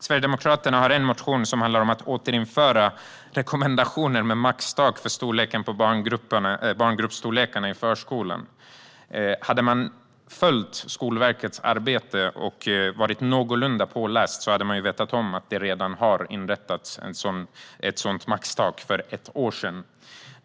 Sverigedemokraterna har en motion om att återinföra rekommendationer med maxtak för storleken på barngrupperna i förskolan. Om man hade följt Skolverkets arbete och varit någorlunda påläst hade man vetat att det redan för ett år sedan inrättades ett sådant maxtak.